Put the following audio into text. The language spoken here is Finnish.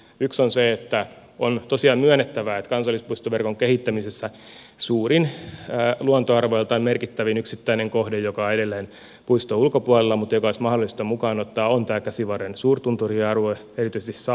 yksi on se että on tosiaan myönnettävä et tä kansallispuistoverkon kehittämisessä suurin luontoarvoiltaan merkittävin yksittäinen kohde joka on edelleen puiston ulkopuolella mutta joka olisi mahdollista mukaan ottaa on käsivarren suurtunturialue